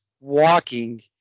walking